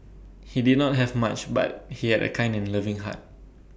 he did not have much but he had A kind and loving heart